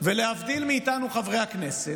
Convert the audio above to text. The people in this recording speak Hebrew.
ולהבדיל מאיתנו, חברי הכנסת,